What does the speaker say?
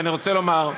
ואני רוצה לומר: